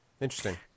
Interesting